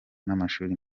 n’amashuri